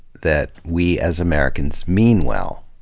that we as americans mean well.